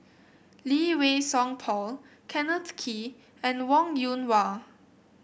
Lee Wei Song Paul Kenneth Kee and Wong Yoon Wah